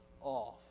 off